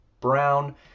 Brown